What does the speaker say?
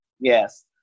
Yes